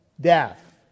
death